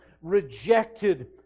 rejected